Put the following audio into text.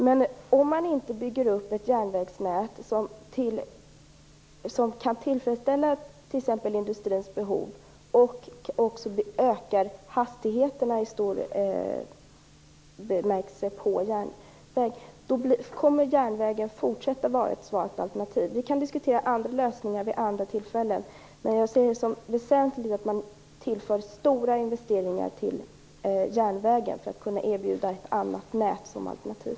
Men om man inte bygger upp ett järnvägsnät som kan tillfredsställa t.ex. industrins behov och ökar hastigheten på tågen kommer järnvägen att fortsätta att vara ett svagt alternativ. Vi kan diskutera andra lösningar vid andra tillfällen. Men jag ser det som väsentligt att man tillför stora investeringar till järnvägen för att kunna erbjuda ett annat nät som alternativ.